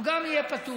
הוא יהיה פטור.